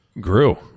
grew